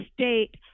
State